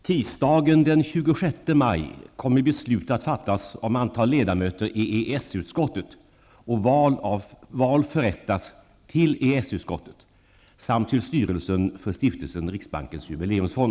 Tisdagen den 26 maj kommer beslut att fattas om antal ledamöter i EES-utskottet och val att företas till EES-utskottet samt till styrelsen för Stiftelsen